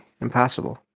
impossible